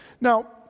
Now